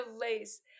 lace